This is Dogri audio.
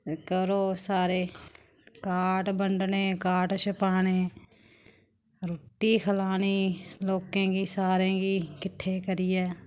करो सारे काट बंडने काट छपाने रुट्टी खलानी लोकें गी सारें गी किट्ठे करियै